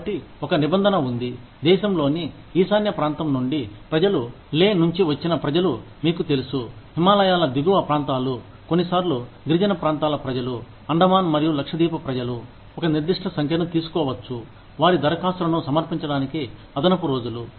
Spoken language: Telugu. కాబట్టి ఒక నిబంధన ఉంది దేశంలోని ఈశాన్య ప్రాంతం నుండి ప్రజలు లే నుంచి వచ్చిన ప్రజలు మీకు తెలుసు హిమాలయాల దిగువ ప్రాంతాలు కొన్నిసార్లు గిరిజన ప్రాంతాల ప్రజలు అండమాన్ మరియు లక్షద్వీప్ ప్రజలు ఒక నిర్దిష్ట సంఖ్యను తీసుకోవచ్చు వారి దరఖాస్తులను సమర్పించడానికి అదనపు రోజులు